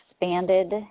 expanded